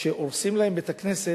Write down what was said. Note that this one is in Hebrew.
על כך שהורסים להם את בית-הכנסת,